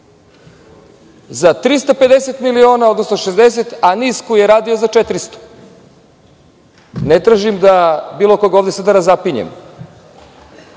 za 350 miliona, odnosno 60, a NIS koji je radio za 400.Ne tražim da bilo koga ovde razapinjem.